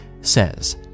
says